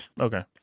Okay